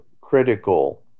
critical